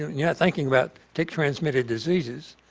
you're not thinking about tick transmitted diseases,